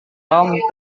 tom